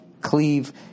cleave